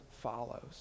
follows